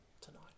tonight